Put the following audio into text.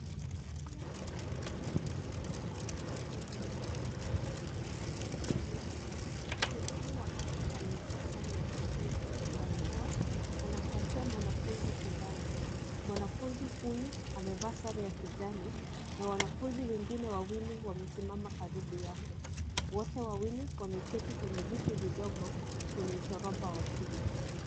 Tukio la afya ya jamii, pengine kampeni ya chanjo likifanyika shuleni. Mhudumu wa afya aliyevaa sare ya kijivu na barakoa, anampatia mwanafunzi sindano. Mwanafunzi huyu amevaa sare ya kijani na wanafunzi wengine wawili wamesimama karibu yake, wote wawili wameketi kwenye viti vidogo kwenye ushoroba wa shule.